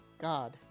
God